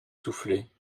souffler